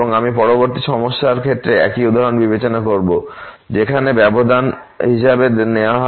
এবং আমি পরবর্তী সমস্যার ক্ষেত্রে একই উদাহরণ বিবেচনা করব যেখানে ব্যবধান হিসাবে নেওয়া হবে 0 x 2